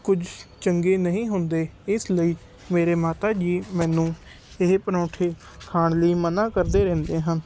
ਕੁਝ ਚੰਗੇ ਨਹੀਂ ਹੁੰਦੇ ਇਸ ਲਈ ਮੇਰੇ ਮਾਤਾ ਜੀ ਮੈਨੂੰ ਇਹ ਪਰੌਂਠੇ ਖਾਣ ਲਈ ਮਨ੍ਹਾਂ ਕਰਦੇ ਰਹਿੰਦੇ ਹਨ